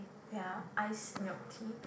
ya iced milk tea